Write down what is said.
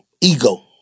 ego